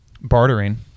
bartering